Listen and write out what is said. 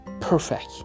Perfect